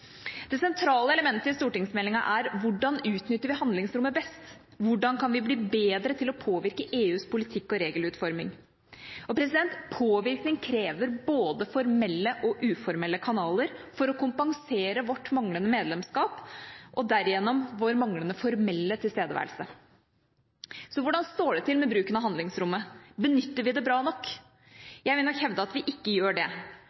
Det sentrale elementet i stortingsmeldingen er hvordan vi utnytter handlingsrommet best. Hvordan kan vi bli bedre til å påvirke EUs politikk og regelutforming? Påvirkning krever både formelle og uformelle kanaler for å kompensere vårt manglende medlemskap og derigjennom vår manglende formelle tilstedeværelse. Så hvordan står det til med bruken av handlingsrommet? Benytter vi det bra nok? Jeg vil nok hevde at vi ikke gjør det. Det